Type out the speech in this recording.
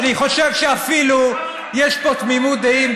אני חושב שאפילו יש פה תמימות דעים,